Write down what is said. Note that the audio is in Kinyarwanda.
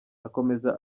akomeza